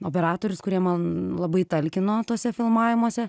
operatorius kurie man labai talkino tuose filmavimuose